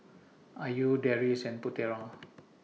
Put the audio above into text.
Ayu Deris and Putera